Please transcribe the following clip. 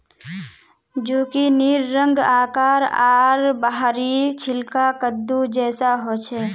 जुकिनीर रंग, आकार आर बाहरी छिलका कद्दू जैसा ह छे